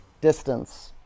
distance